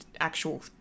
actual